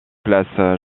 place